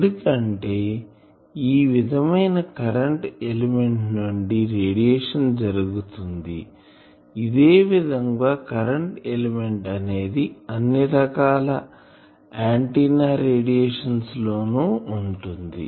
ఎందుకంటే ఈ విధమైన కరెంటు ఎలిమెంట్ నుండి రేడియేషన్ జరుగుతుంది ఇదే విధంగా కరెంటు ఎలిమెంట్ అనేది అన్ని రకాల ఆంటిన్నా రేడియేషన్స్ లోను ఉంటుంది